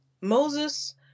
Moses